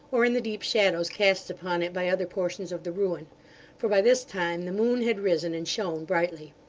or in the deep shadows cast upon it by other portions of the ruin for by this time the moon had risen, and shone brightly.